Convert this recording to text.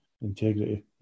integrity